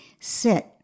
sit